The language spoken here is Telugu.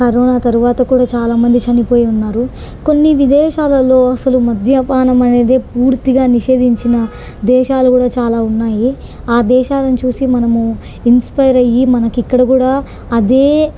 కరోనా తరువాత కూడా చాలా మంది చనిపోయిన్నారు కొన్ని విదేశాలలో అసలు మద్యపానం అనేది పూర్తిగా నిషేధించిన దేశాలు కూడా చాలా ఉన్నాయి ఆ దేశాలను చూసి మనం ఇన్స్పైర్ అయ్యి మనకు ఇక్కడ కూడా అదే